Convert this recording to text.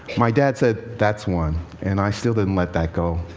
my dad said, that's one, and i still didn't let that go.